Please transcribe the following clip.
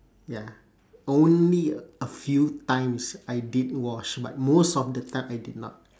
ya only a few times I did wash but most of the time I did not